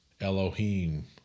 Elohim